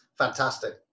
Fantastic